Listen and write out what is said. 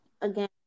Again